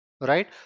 right